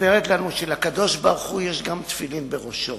מספרת לנו, שלקדוש-ברוך-הוא יש גם תפילין בראשו.